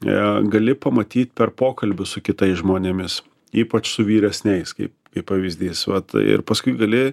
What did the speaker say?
na gali pamatyti per pokalbius su kitais žmonėmis ypač su vyresniais kaip pavyzdys vat ir paskui gali